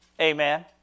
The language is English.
Amen